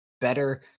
better